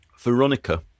Veronica